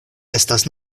estas